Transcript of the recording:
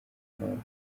n’abagore